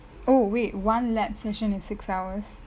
oh wait one lab session is six hours